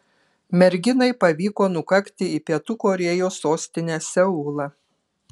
merginai pavyko nukakti į pietų korėjos sostinę seulą